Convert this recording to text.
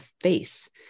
face